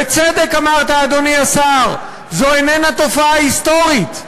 בצדק אמרת, אדוני השר, שזו איננה תופעה היסטורית,